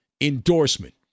endorsement